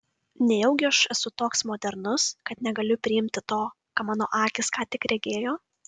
nejaugi aš esu toks modernus kad negaliu priimti to ką mano akys ką tik regėjo